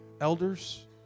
elders